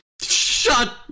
Shut